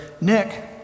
Nick